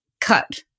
cut